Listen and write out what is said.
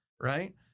right